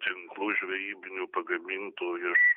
tinklų žvejybinių pagamintų iš